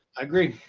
agree.